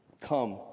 Come